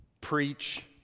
preach